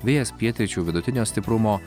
vėjas pietryčių vidutinio stiprumo